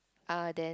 ah then